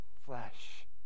flesh